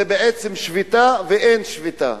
זאת בעצם שביתה ואין שביתה.